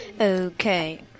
Okay